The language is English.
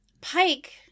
Pike